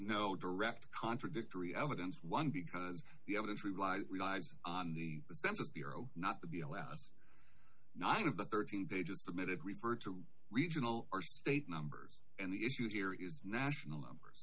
no direct contradictory evidence one because the evidence rely relies on the census bureau not to be allowed not of the thirteen pages submitted refer to regional or state numbers and the issue here is national numbers